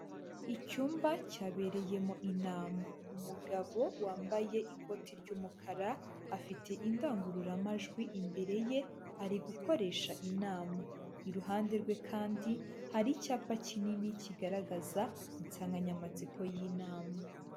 Icyumba cyabereyemo inama; umugabo wambaye ikoti ry'umukara, afite indangururamajwi imbere ye, ari gukoresha inama. Iruhande rwe kandi, hari icyapa kinini kigaragaza, insanganyamatsiko y'inama.